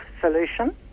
solution